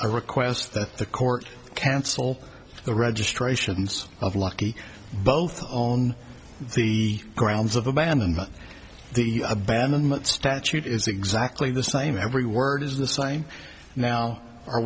a request that the court cancel the registrations of lucky both on the grounds of abandonment the abandonment statute is exactly the same every word is the same now